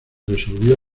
resolvió